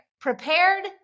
prepared